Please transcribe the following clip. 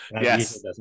Yes